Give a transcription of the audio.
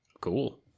cool